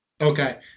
Okay